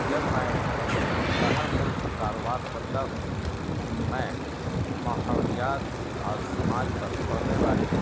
جب میں باہر ملک کاروبار کرتا ہوں تو میں ماحولیات اور سماج پر پڑنے والی